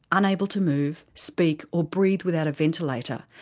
unable to move, speak or breathe without a ventilator,